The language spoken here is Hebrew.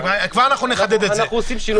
אנחנו עושים שינוי בניסוח.